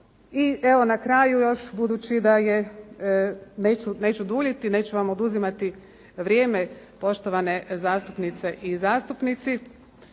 i evo na kraju još budući da je, neću duljiti, neću vam oduzimati vrijeme poštovane zastupnice i zastupnici,